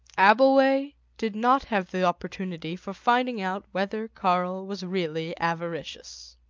abbleway did not have the opportunity for finding out whether karl was really avaricious.